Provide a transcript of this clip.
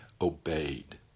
obeyed